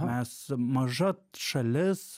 mes maža šalis